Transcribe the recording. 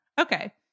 okay